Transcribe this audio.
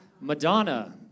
Madonna